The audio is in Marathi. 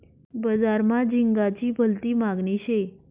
बजार मा झिंगाची भलती मागनी शे